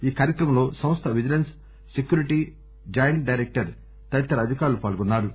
ఈ కార్యక్రమంలో సంస్థ విజిలెన్స్ సెక్యూరిటీస్ జాయింట్ డైరక్టర్ తదితర అధికారులు పాల్గొన్నారు